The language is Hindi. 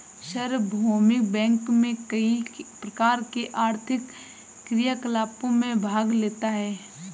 सार्वभौमिक बैंक कई प्रकार के आर्थिक क्रियाकलापों में भाग लेता है